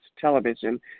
television